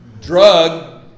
drug